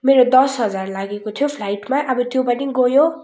मेरो दस हजार लागेको थियो फ्लाइटमा अब त्यो पनि गयो